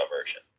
version